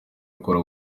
akora